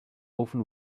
often